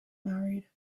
married